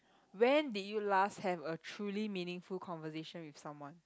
when did you last have a truly meaningful conversation with someone